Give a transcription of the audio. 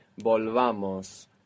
volvamos